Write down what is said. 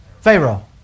Pharaoh